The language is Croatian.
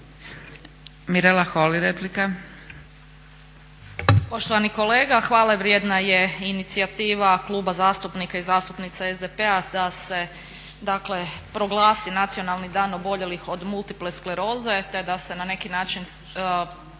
Mirela Holy, replika.